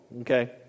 okay